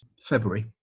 February